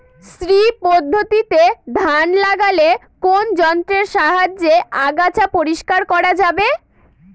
শ্রী পদ্ধতিতে ধান লাগালে কোন যন্ত্রের সাহায্যে আগাছা পরিষ্কার করা যাবে?